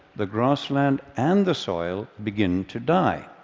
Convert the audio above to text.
the grassland and the soil begin to die.